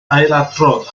ailadrodd